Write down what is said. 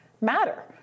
matter